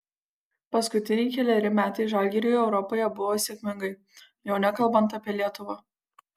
paskutiniai keleri metai žalgiriui europoje buvo sėkmingai jau nekalbant apie lietuvą